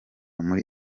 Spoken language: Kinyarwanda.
muri